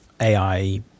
AI